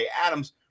Adams